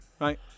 right